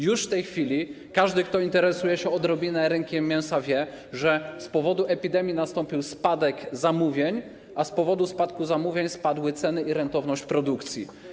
Już w tej chwili każdy, kto odrobinę interesuje się rynkiem mięsa, wie, że z powodu epidemii nastąpił spadek zamówień, a z powodu spadku zamówień spadły ceny i rentowność produkcji.